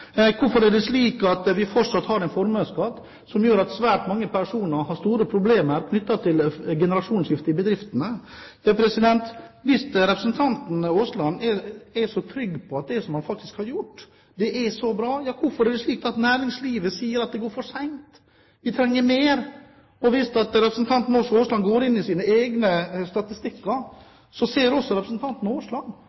Hvorfor er det slik at vi fortsatt har en formuesskatt som gjør at svært mange personer har store problemer knyttet til generasjonsskifte i bedriftene? Hvis representanten Aasland er så trygg på at det som man faktisk har gjort, er så bra, hvorfor er det slik at næringslivet sier at det går for sent – vi trenger mer? Og hvis representanten Aasland går inn i sine egne statistikker,